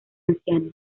ancianos